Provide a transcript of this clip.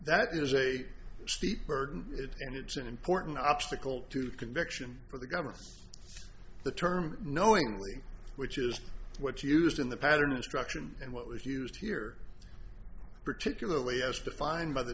that is a state burden it and it's an important obstacle to conviction for the governor the term knowingly which is what used in the pattern instruction and what was used here particularly as defined by the